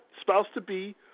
spouse-to-be